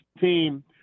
team